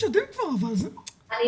זה